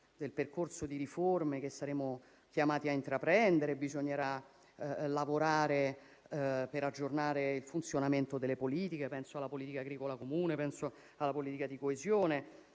il percorso di riforme che saremo chiamati a intraprendere. Bisognerà lavorare per aggiornare il funzionamento delle politiche: penso alla politica agricola comune, alla politica di coesione;